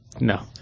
No